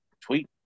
tweet